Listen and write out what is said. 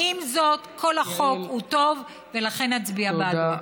עם זאת, כל החוק הוא טוב, ולכן אצביע בעדו.